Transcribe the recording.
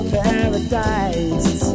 paradise